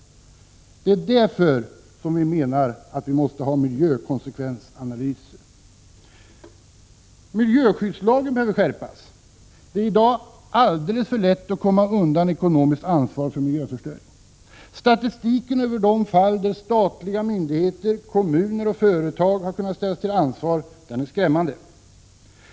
Det är därför som vi menar att vi måste ha miljökonsekvensanalyser. Miljöskyddslagen behöver skärpas. Det är i dag alldeles för lätt att komma undan ekonomiskt ansvar för miljöförstöring. Statistiken över de fall där statliga myndigheter, kommuner och företag har kunnat ställas till ansvar är skrämmande.